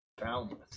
Boundless